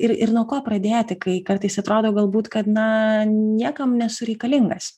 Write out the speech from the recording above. ir ir nuo ko pradėti kai kartais atrodo galbūt kad na niekam nesu reikalingas